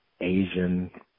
Asian